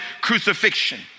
crucifixion